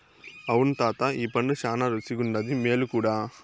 అవును తాతా ఈ పండు శానా రుసిగుండాది, మేలు కూడా